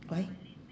why